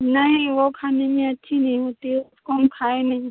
नहीं वह खाने में अच्छी नहीं होती है उसको हम खाए नहीं